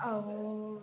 ଆଉ